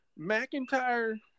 McIntyre